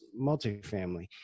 multifamily